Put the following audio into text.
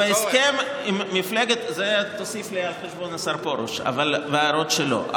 את זה תוסיף לי על חשבון השר פרוש וההערות שלו.